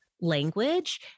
language